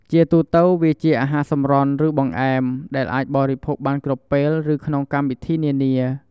ជាទូទៅ វាជាអាហារសម្រន់ ឬបង្អែម ដែលអាចបរិភោគបានគ្រប់ពេល ឬក្នុងកម្មវិធីនានា។